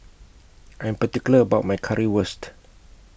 I'm particular about My Currywurst